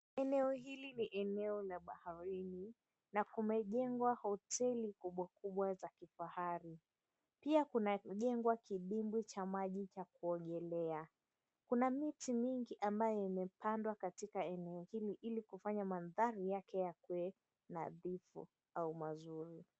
Eneo hili ni eneo la baharini, na kumejengwa hoteli kubwa kubwa za kifahari. Pia kunajengwa kidimbwi cha maji cha kuogelea. Kuna miti mingi ambayo imepandwa katika eneo hili, ili kufanya mandhari yake yakuwe nadhifu au mazuri.